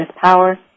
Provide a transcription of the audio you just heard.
power